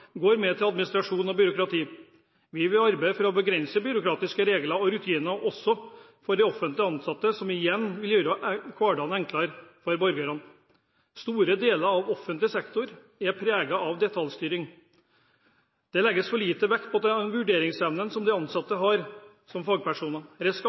går med til administrasjon og byråkrati. Vi vil arbeide for å begrense byråkratiske regler og rutiner også for offentlig ansatte, noe som igjen vil gjøre hverdagen enklere for borgerne. Store deler av offentlig sektor er preget av detaljstyring. Det legges for lite vekt på den vurderingsevnen de ansatte har som